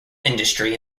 industry